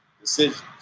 decisions